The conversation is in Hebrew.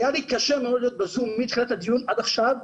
היה לי קשה מאוד להיות בזום מתחילת הדיון ועד עכשיו,